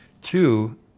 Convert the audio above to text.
Two